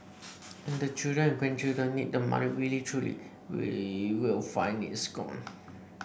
and the children and grandchildren need the money really truly they will find it's gone